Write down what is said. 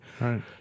Right